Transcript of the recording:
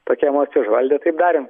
tokia emocija užvaldė taip darėm